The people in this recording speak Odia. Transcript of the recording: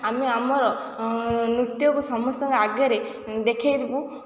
ଆମେ ଆମର ନୃତ୍ୟକୁ ସମସ୍ତଙ୍କ ଆଗରେ ଦେଖେଇବୁ